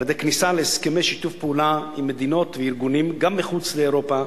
על-ידי כניסה להסכמי שיתוף פעולה עם מדינות וארגונים גם מחוץ לאירופה,